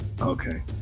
Okay